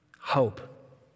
hope